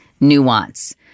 nuance